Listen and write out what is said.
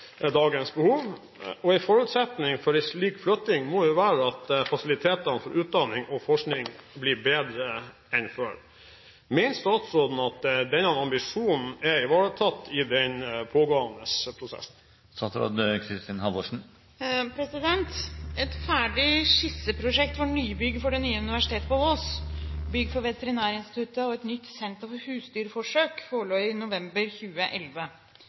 forutsetning for en slik flytting må være at fasilitetene for utdanning og forskning blir bedre enn før. Mener statsråden denne ambisjonen er ivaretatt i den pågående prosessen?» Et ferdig skisseprosjekt for nybygg for det nye universitetet på Ås, bygg for Veterinærinstituttet og et nytt Senter for husdyrforsøk, forelå i november 2011.